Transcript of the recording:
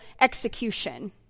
execution